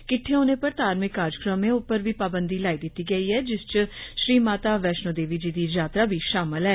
किट्ठे होने पर धार्मिक कारजक्रमें उप्पर बी पाबंधी लाई दिती ऐ जिस च श्री माता बैश्णो देवी जी दी यात्रा बी शा मल ऐ